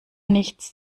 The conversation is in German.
nichts